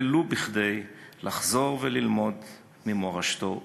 ולו כדי לחזור וללמוד ממורשתו ומתורתו.